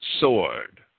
sword